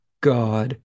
God